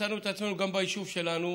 מצאנו את עצמנו גם ביישוב שלנו